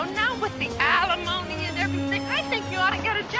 with the alimony and everything, i think you ought to get a job.